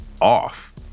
off